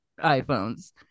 iphones